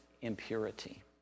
impurity